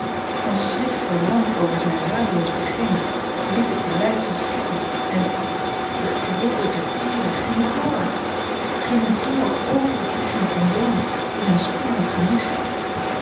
van schrik verlamd over zijn radeloos beginnen liet ik de leidsels schieten en de verwilderde dieren gingen door gingen door over het lichaam van blount die zijn sprong had gemist